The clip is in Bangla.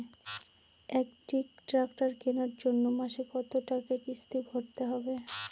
একটি ট্র্যাক্টর কেনার জন্য মাসে কত টাকা কিস্তি ভরতে হবে?